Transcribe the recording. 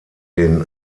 den